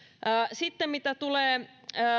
sitten mitä tulee